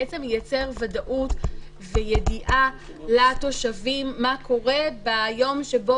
הוא מייצר ודאות וידיעה לתושבים מה קורה ביום שבו